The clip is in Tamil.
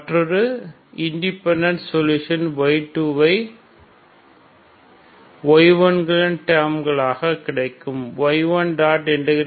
மற்றொரு இண்டிபெண்டண்ட் சொல்லுஷன் y2 ஐ y1 களின் டேர்ம்கலாக கிடைக்கும் y1